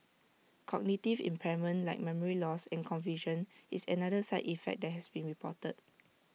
cognitive impairment like memory loss and confusion is another side effect that has been reported